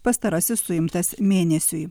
pastarasis suimtas mėnesiui